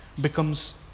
becomes